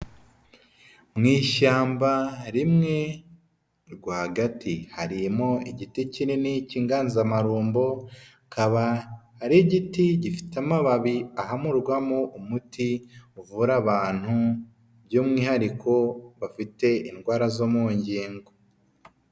Mu ishyamba rimwe rwagati harimo igiti kinini cy'inganzamarumbo, akaba ari igiti gifite amababi ahamurwamo umuti uvura abantu by'umwihariko bafite indwara zo mu ngingo.